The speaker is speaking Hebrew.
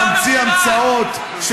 ממציא המצאות,